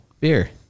beer